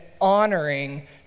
honoring